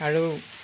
আৰু